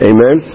Amen